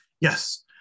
Yes